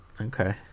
Okay